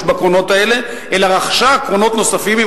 בקרונות האלה אלא רכשה קרונות נוספים.